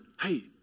hey